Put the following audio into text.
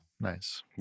Nice